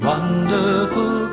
Wonderful